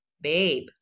babe